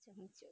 讲很久